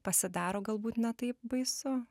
pasidaro galbūt ne taip baisu